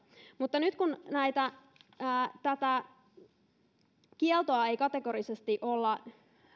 mutta nyt kun tätä kieltoa ei kategorisesti olla